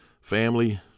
family